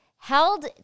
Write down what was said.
Held